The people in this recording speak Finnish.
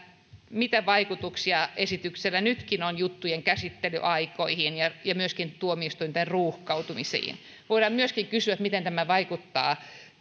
mitä vaikutuksia esityksellä nytkin on juttujen käsittelyaikoihin ja ja myöskin tuomioistuinten ruuhkautumisiin voidaan myöskin kysyä miten tämä vaikuttaa